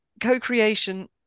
co-creation